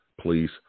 please